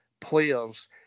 Players